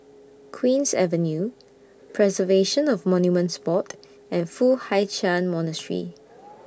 Queen's Avenue Preservation of Monuments Board and Foo Hai Ch'An Monastery